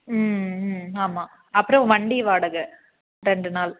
ம் ம் ஆமாம் அப்புறோ ம் வண்டி வாடகை ரெண்டு நாள்